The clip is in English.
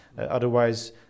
Otherwise